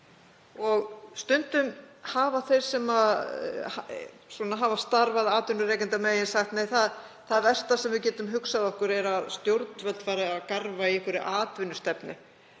Stundum hafa þeir sem hafa starfað atvinnurekendamegin sagt: Nei, það versta sem við getum hugsað okkur er að stjórnvöld fari að garfa í einhverri atvinnustefnu.